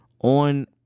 on